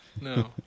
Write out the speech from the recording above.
No